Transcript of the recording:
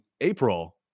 April